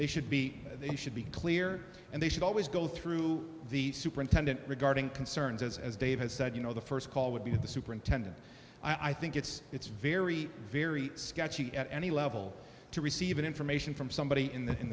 they should be they should be clear and they should always go through the superintendent regarding concerns as as dave has said you know the first call would be to the superintendent i think it's it's very very sketchy at any level to receive information from somebody in the in